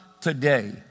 today